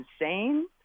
insane